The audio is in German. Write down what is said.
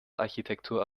architektur